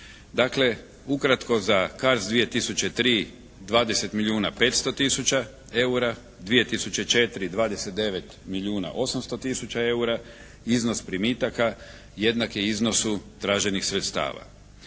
Dakle, ukratko za CARDS 2003. 20 milijuna 500 tisuća eura, 2004. 29 milijuna 800 tisuća eura, iznos primitaka jednak je iznosu traženih sredstava.